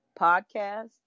podcast